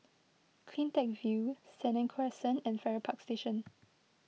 CleanTech View Senang Crescent and Farrer Park Station